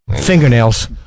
fingernails